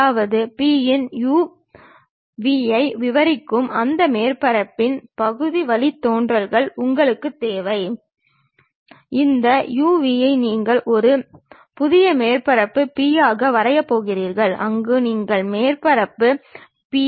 இதை இன்னும் விரிவாகப் பார்த்தோமேயானால் இந்த செங்குத்து துணை தளமானது கிடைமட்ட தளத்திற்கு செங்குத்தாக உள்ளது